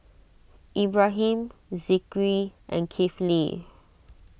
Ibrahim Zikri and Kifli